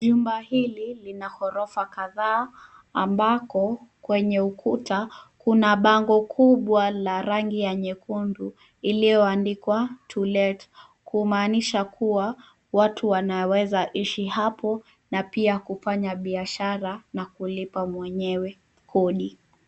Jumba hili lina ghorofa kadhaa, ambako kwenye ukuta, kuna bango kubwa la rangi ya nyekundu, iliyoandikwa to let , kumaanisha kuwa watu wanaweza ishi hapo, na pia kufanya biashara na kulipa mwenyewe kodi.